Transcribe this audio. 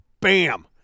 bam